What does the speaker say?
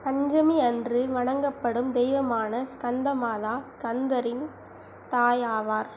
பஞ்சமி அன்று வணங்கப்படும் தெய்வமான ஸ்கந்தமாதா ஸ்கந்தரின் தாய் ஆவார்